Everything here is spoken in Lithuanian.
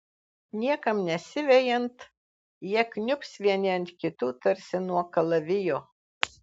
niekam nesivejant jie kniubs vieni ant kitų tarsi nuo kalavijo